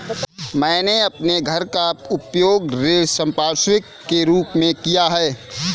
मैंने अपने घर का उपयोग ऋण संपार्श्विक के रूप में किया है